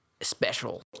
special